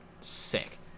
sick